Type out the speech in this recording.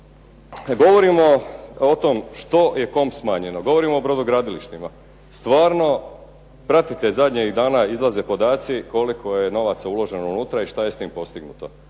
govorimo o tome što je kom smanjeno, govorimo o brodogradilištima, stvarno pratite zadnjih dana izlaze podaci koliko je novaca uloženo unutra i šta je s tim postignuto.